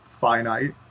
finite